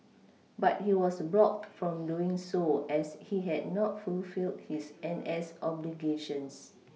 but he was blocked from doing so as he had not fulfilled his N S obligations